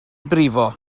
brifo